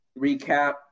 recap